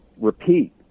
repeat